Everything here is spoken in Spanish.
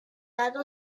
lado